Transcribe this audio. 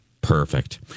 perfect